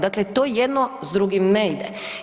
Dakle, to jedno s drugim ne ide.